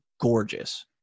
gorgeous